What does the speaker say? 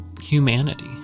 humanity